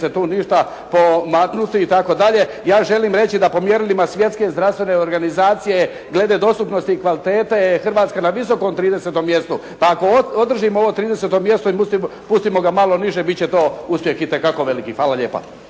tu ništa pomaknuti itd. Ja želim reći da po mjerilima Svjetske zdravstvene organizacije glede dostupnosti i kvalitete Hrvatska je na visokom 30. mjestu, pa ako održimo ovo 30. mjesto i spustimo ga malo niže bit će to uspjeh itekako veliki. Hvala lijepa.